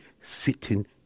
sitting